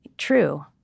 True